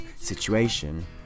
situation